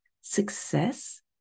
success